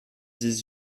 dix